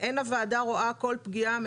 אין הוועדה רואה כל פגיעה,